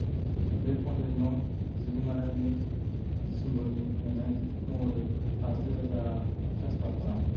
बे कनटेक्ट न' बिगोमानोनो दिसेम्बरनि पेमेन्ट महरै बाजिरोजा रां ट्रेन्सफार खालाम